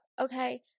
okay